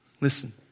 Listen